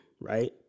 right